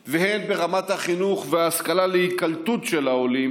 והן ברמת החינוך וההשכלה להיקלטות של העולים,